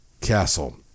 castle